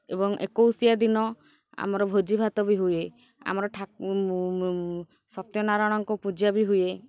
ଏବଂ ଏକୋଇଶିଆ ଦିନ ଆମର ଭୋଜି ଭାତ ବି ହୁଏ ଆମର ସତ୍ୟନାରାୟଣଙ୍କ ପୂଜା ବି ହୁଏ